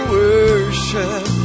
worship